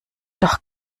doch